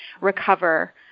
recover